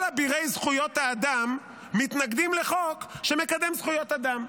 אבירי זכויות האדם מתנגדים לחוק שמקדם זכויות אדם.